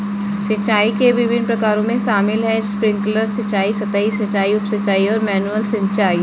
सिंचाई के विभिन्न प्रकारों में शामिल है स्प्रिंकलर सिंचाई, सतही सिंचाई, उप सिंचाई और मैनुअल सिंचाई